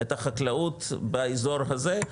את החקלאות באזור הזה,